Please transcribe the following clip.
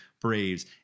Braves